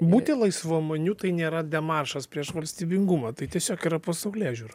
būti laisvamaniu tai nėra demaršas prieš valstybingumą tai tiesiog yra pasaulėžiūra